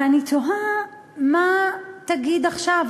אבל אני תוהה מה תגיד עכשיו,